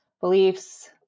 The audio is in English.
beliefs